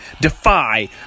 Defy